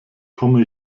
komme